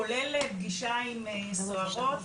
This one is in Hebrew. כולל פגישה עם סוהרות,